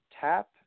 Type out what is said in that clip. tap